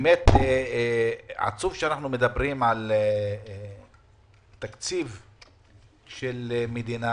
באמת עצוב שאנחנו מדברים על תקציב של מדינה,